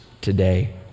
today